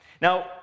Now